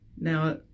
Now